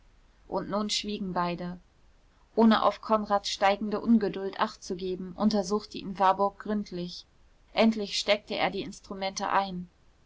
und nun schwiegen beide ohne auf konrads steigende ungeduld acht zu geben untersuchte ihn warburg gründlich endlich steckte er die instrumente ein